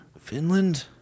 Finland